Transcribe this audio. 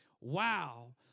Wow